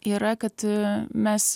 yra kad mes